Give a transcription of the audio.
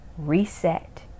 Reset